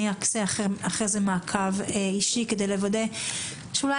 אני אעשה אחרי כן מעקב אישי כדי לוודא שאולי